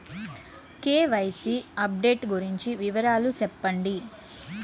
KYC update గురించి వివరాలు సెప్పండి?